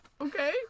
okay